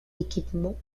équipements